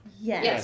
yes